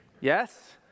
Yes